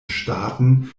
staaten